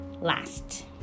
last